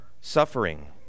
suffering